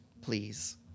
please